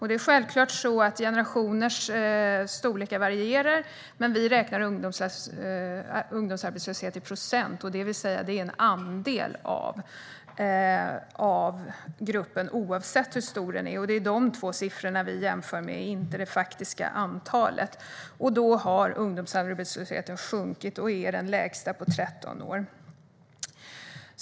Det är självklart att generationers storlekar varierar, men vi räknar ungdomsarbetslöshet i procent. Det handlar alltså om en andel av gruppen oavsett hur stor den är. Det är dessa två siffror vi jämför, och inte det faktiska antalet. Då har ungdomsarbetslösheten sjunkit och är den lägsta på 13 år.